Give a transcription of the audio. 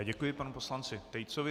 Děkuji panu poslanci Tejcovi.